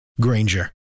Granger